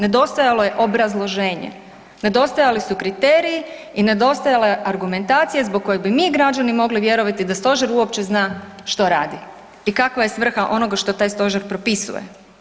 Nedostajalo je obrazloženje, nedostajali su kriteriji i nedostajala je argumentacija zbog koje bi mi građani mogli vjerovati da Stožer uopće zna što radi i kakva je svrha onoga što taj Stožer propisuje.